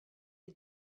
les